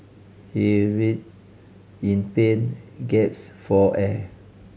he writhed in pain gaps for air